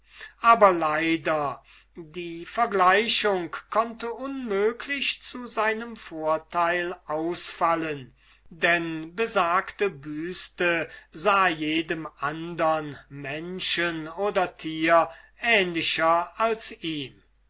aber leider die vergleichung konnte unmöglich zu seinem vorteil ausfallen denn besagte büste sah jedem andern menschen oder tiere ähnlicher als ihm